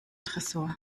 tresor